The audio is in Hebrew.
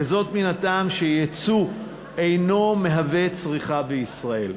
מן הטעם שיצוא אינו צריכה בישראל,